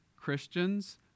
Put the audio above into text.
Christians